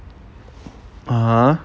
uh